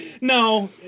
No